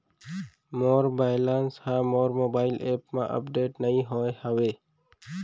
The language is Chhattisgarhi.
मोर बैलन्स हा मोर मोबाईल एप मा अपडेट नहीं होय हवे